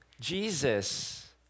Jesus